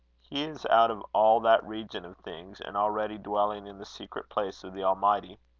he is out of all that region of things, and already dwelling in the secret place of the almighty.